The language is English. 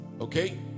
Okay